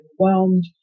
overwhelmed